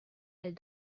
elle